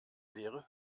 leere